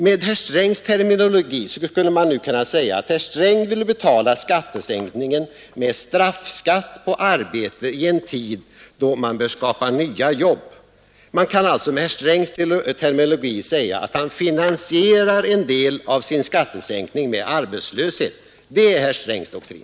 Med herr Strängs terminologi skulle man nu kunna säga att herr Sträng vill betala skattesänkningen med straffskatt på arbete i en tid då man bör skapa nya jobb. Man kan alltså med herr Strängs terminologi säga att han finansierar en del av sin skattesänkning med arbetslöshet. Det är herr Strängs doktrin.